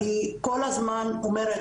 אני כל הזמן אומרת,